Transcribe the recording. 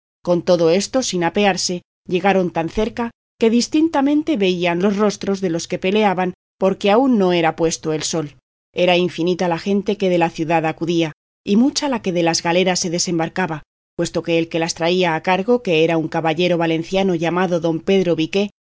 con todo esto sin apearse llegaron tan cerca que distintamente veían los rostros de los que peleaban porque aún no era puesto el sol era infinita la gente que de la ciudad acudía y mucha la que de las galeras se desembarcaba puesto que el que las traía a cargo que era un caballero valenciano llamado don pedro viqué